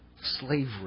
slavery